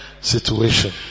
situation